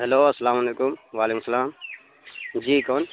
hello السلام علیکم وعلیکم السلام جی کون